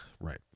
Right